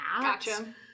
Gotcha